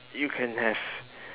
you can have